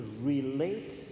relate